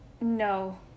No